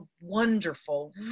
wonderful